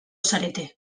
zarete